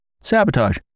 sabotage